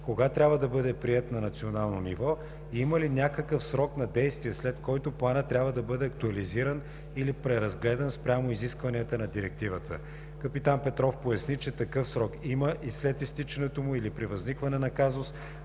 кога трябва да бъде приет на национално ниво и има ли някакъв срок на действие, след който планът трябва да бъде актуализиран или преразгледан спрямо изискванията на Директивата. Капитан Петров поясни, че такъв срок има и след изтичането му или при възникване на казус